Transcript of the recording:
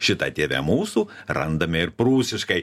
šitą tėve mūsų randame ir prūsiškai